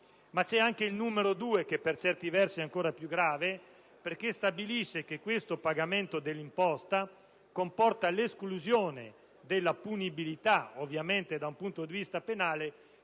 Ma c'è anche il punto 2) che, per certi versi, è ancora più grave perché stabilisce che il pagamento dell'imposta comporta l'esclusione della punibilità, ovviamente da un punto di vista penale,